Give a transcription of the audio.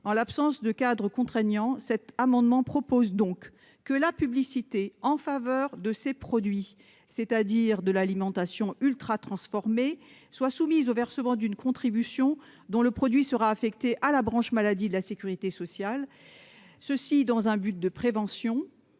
En l'absence de cadre contraignant, cet amendement vise à soumettre la publicité en faveur de ces produits, c'est-à-dire de l'alimentation ultratransformée, au versement d'une contribution dont le produit sera affecté à la branche maladie de la sécurité sociale dans un but de prévention.